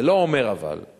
זה לא אומר, אבל,